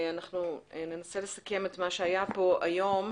אנחנו ננסה לסכם את מה שהיה פה היום.